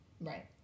Right